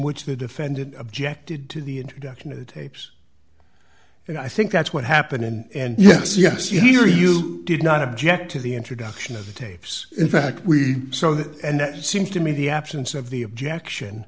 which the defendant objected to the introduction of the tapes and i think that's what happened in and yes yes you here you did not object to the introduction of the tapes in fact we saw that and that seems to me the absence of the objection